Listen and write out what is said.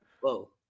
Whoa